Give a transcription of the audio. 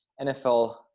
NFL